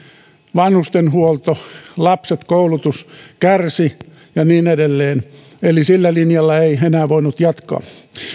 vanhustenhuolto lapset ja koulutus kärsivät ja niin edelleen eli sillä linjalla ei enää voinut jatkaa